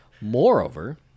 Moreover